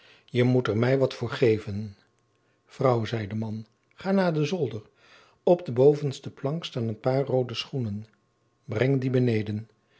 je moet er mij wat voor geven vrouw zei de man ga naar de zolder op de bovenste plank staan een paar roode schoenen breng die beneden